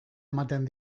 ematen